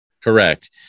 Correct